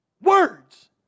Words